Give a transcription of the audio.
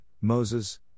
Moses